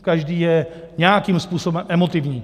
Každý je nějakým způsobem emotivní.